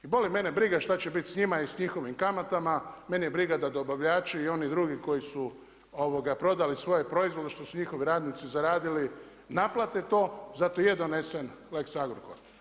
I boli mene briga šta će biti s njima i s njihovim kamatama, mene je briga da dobavljači i oni drugi koji su prodali svoje proizvode što su njihovi radnici zaradili naplate to, zato i je donesen lex Agrokor.